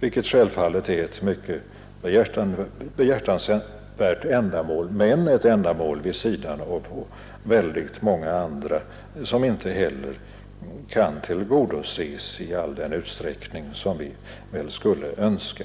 vilket självfallet är ett mycket behjärtansvärt ändamål men ett ändamål vid sidan av väldigt många andra, som inte heller kan tillgodoses i all den utsträckning vi väl skulle önska.